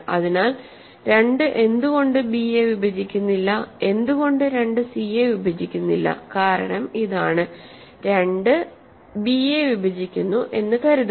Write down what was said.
അതിനാൽ 2 എന്തുകൊണ്ട് ബിയെ വിഭജിക്കുന്നില്ല എന്തുകൊണ്ട് 2 സിയെ വിഭജിക്കുന്നില്ലകാരണം ഇതാണ് 2 ബിയെ വിഭജിക്കുന്നു എന്ന് കരുതുക